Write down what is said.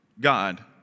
God